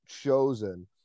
chosen